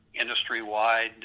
industry-wide